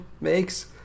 makes